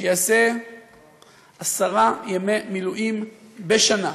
שיעשה עשרה ימי מילואים בשנה,